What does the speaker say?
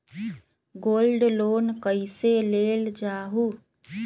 Gold loan कईसे लेल जाहु?